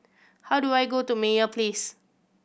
how do I go to Meyer Place